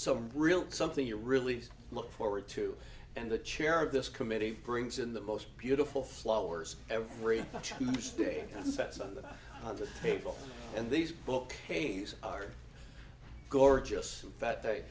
some real something you really look forward to and the chair of this committee brings in the most beautiful flowers every day on the sets on the table and these book pays are gorgeous that day